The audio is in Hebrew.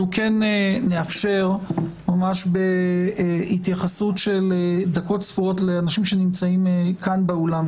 נאפשר ממש בהתייחסות של דקות ספורות לאנשים שנמצאים כאן באולם,